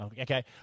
Okay